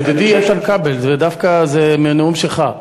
ידידי איתן כבל, זה דווקא נאום שלך.